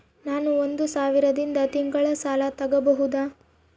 ನಾನು ಒಂದು ಸಾವಿರದಿಂದ ತಿಂಗಳ ಸಾಲ ತಗಬಹುದಾ?